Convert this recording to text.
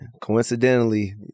Coincidentally